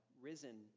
risen